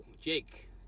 Jake